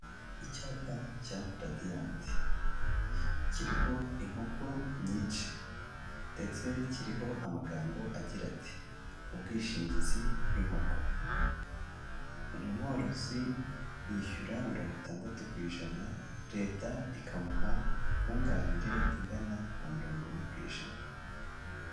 Icyapa cya Radianti kiriho inkoko nyinshi ndetse kiriho amagambo agira ati ubwishingizi bw'inkoko, umworozi yishyura mirongo itandatu ku ijana leta ikamuha nkunganire ingana na mirongo ine ku ijana.